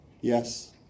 Yes